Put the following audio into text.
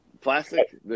plastic